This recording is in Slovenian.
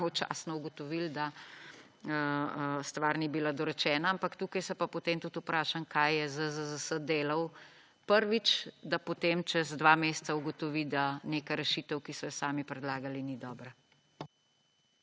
pravočasno ugotovilo, da stvar ni bila dorečena, ampak tukaj se pa, potem vprašam kaj je ZZZS delal. Prvič, da potem čez 2 meseca ugotovi, da neka rešitev, ki so jo sami predlagali ni dobra.